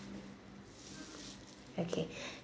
okay